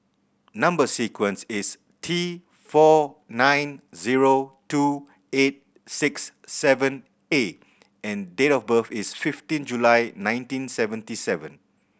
number sequence is T four nine zero two eight six seven A and date of birth is fifteen July nineteen seventy seven